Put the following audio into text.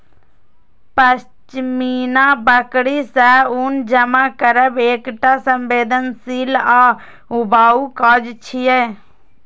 पश्मीना बकरी सं ऊन जमा करब एकटा संवेदनशील आ ऊबाऊ काज छियै